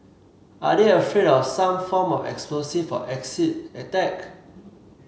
are they afraid of some form of explosive or acid attack